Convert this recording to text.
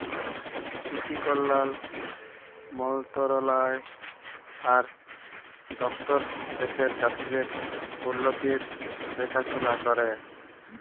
কিসি কল্যাল মলতরালায় আর দপ্তর দ্যাশের চাষীদের উল্লতির দেখাশোলা ক্যরে